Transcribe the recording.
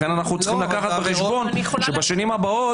לכן אנחנו צריכים להביא בחשבון שבשנים הבאות